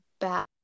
bad